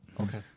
Okay